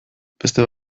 beste